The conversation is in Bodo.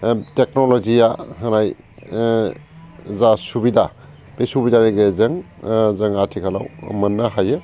ओ टेक्नलजिया होनाय ओ जा सुबिदा बे सुबिदानि गेजेरजों ओ जों आथिखालाव मोननो हायो